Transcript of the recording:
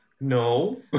no